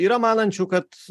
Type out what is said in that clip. yra manančių kad